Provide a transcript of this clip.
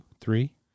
three